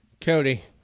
Cody